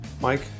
Mike